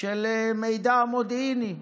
של מידע מודיעיני.